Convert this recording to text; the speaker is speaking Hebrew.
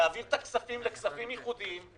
להעביר את הכספים לכספים ייחודיים,